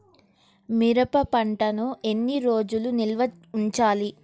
మిరప పంటను ఎన్ని రోజులు నిల్వ ఉంచాలి?